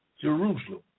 Jerusalem